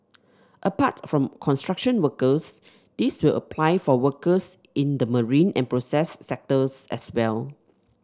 apart from construction workers this will apply for workers in the marine and process sectors as well